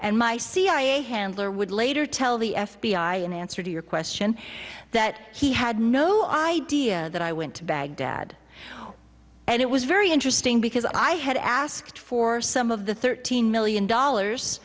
and my cia handler would later tell the f b i in answer to your question that he had no idea that i went to baghdad and it was very interesting because i had asked for some of the thirteen million dollars